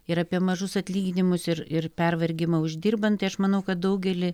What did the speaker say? ir apie mažus atlyginimus ir ir pervargimą uždirbant tai aš manau kad daugelį